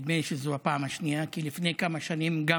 נדמה לי שזאת הפעם השנייה, כי לפני כמה שנים גם